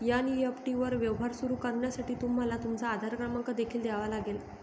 NEFT वर व्यवहार सुरू करण्यासाठी तुम्हाला तुमचा आधार क्रमांक देखील द्यावा लागेल